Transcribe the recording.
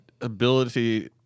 ability